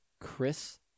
chris